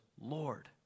Lord